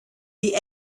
the